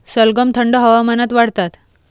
सलगम थंड हवामानात वाढतात